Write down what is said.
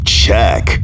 check